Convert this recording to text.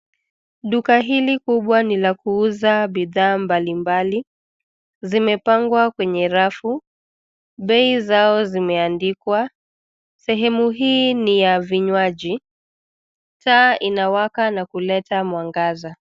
Duka hili kubwa ni la kuuza bidhaa mbalimbali. Zimepangwa kwenye rafu, bei zao zimeandikwa. Sehemu hii ni ya vinywaji. Taa inawaka na kuleta mwangaza